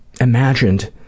imagined